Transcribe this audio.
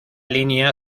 línea